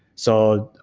so,